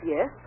Yes